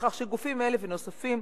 וכך, גופים אלה ונוספים